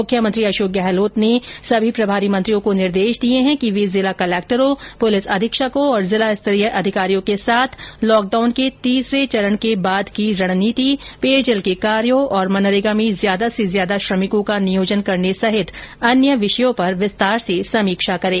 मुख्यमंत्री अशोक गहलोत ने सभी प्रभारी मंत्रियों को निर्देश दिए हैं कि वे जिला कलेक्टरों पुलिस अधीक्षकों और जिलास्तरीय अधिकारियों के साथ लॉक डाउन के तीसरे चरण के बाद की रणनीति पेयजल के कार्यो और मनरेगा में ज्यादा से ज्यादा श्रमिकों का नियोजन करने सहित अन्य विषयों पर विस्तार से समीक्षा करें